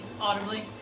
audibly